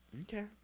Okay